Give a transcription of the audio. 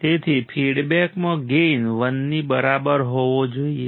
તેથી ફીડબેકમાં ગેઇન 1 ની બરાબર હોવો જોઈએ